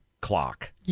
clock